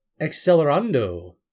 Accelerando